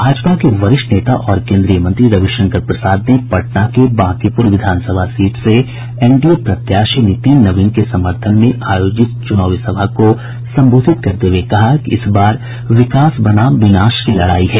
भाजपा के वरिष्ठ नेता और केन्द्रीय मंत्री रविशंकर प्रसाद ने पटना में बांकीपुर विधानसभा सीट से एनडीए प्रत्याशी नितिन नवीन के समर्थन में आयोजित चुनाव सभा को संबोधित करते हुए कहा कि इस बार विकास बनाम विनाश की लड़ाई है